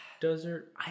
desert